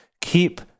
keep